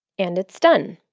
and it's done.